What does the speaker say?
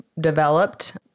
developed